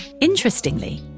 Interestingly